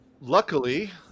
Luckily